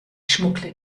schmuggle